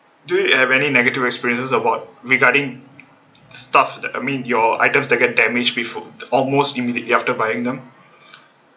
do you have any negative experiences about regarding stuff I mean your items that get damaged before almost immediately after buying them